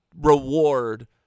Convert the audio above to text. reward